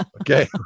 Okay